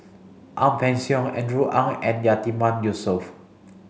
Ang Peng Siong Andrew Ang and Yatiman Yusof